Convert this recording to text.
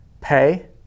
Pay